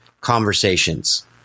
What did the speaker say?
conversations